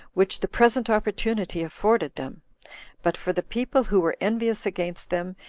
which the present opportunity afforded them but for the people, who were envious against them,